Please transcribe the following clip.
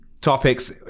topics